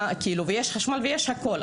יש חשמל ויש הכול.